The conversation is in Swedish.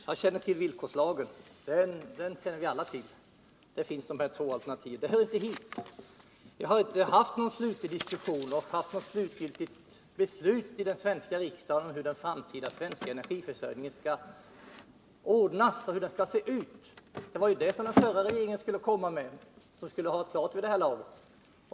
Herr talman! Visst, jag känner till villkorslagen, den känner vi alla till. Där finns de här två alternativen, men det hör inte hit. Vi har inte haft någon slutgiltig diskussion och inte fattat något slutgiltigt beslut i den svenska riksdagen om hur den framtida svenska energiförsörjningen skall ordnas. Det var ju det som den förra regeringen skulle lägga fram förslag om, det skulle ha varit klart vid det här laget.